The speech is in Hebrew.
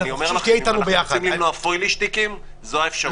אנחנו רוצים למנוע פוילע שטיקים, זו האפשרות.